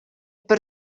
per